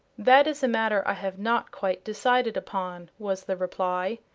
that is a matter i have not quite decided upon, was the reply.